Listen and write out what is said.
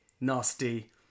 nasty